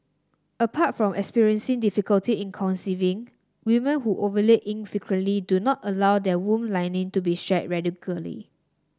apart from experiencing difficulty in conceiving women who ovulate infrequently do not allow their womb lining to be shed